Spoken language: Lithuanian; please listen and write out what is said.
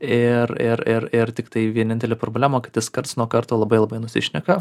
ir ir ir ir tiktai vienintelė problema kad jis karts nuo karto labai labai nusišneka